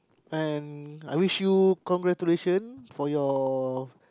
and I wish you congratulation for your